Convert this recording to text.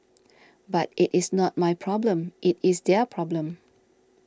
but it is not my problem it is their problem